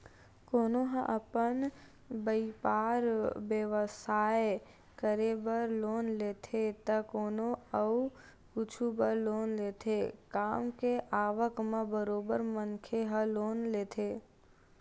कोनो ह अपन बइपार बेवसाय करे बर लोन लेथे त कोनो अउ कुछु बर लोन लेथे काम के आवक म बरोबर मनखे ह लोन लेथे